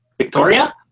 Victoria